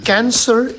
Cancer